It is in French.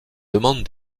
demandes